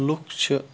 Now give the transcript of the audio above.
لُکھ چھِ